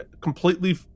completely